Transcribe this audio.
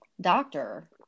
doctor